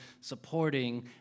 supporting